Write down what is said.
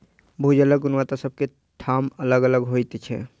भू जलक गुणवत्ता सभ ठाम अलग अलग होइत छै